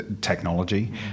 technology